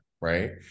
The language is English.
right